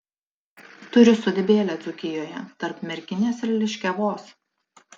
turiu sodybėlę dzūkijoje tarp merkinės ir liškiavos